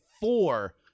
four